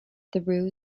threw